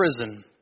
prison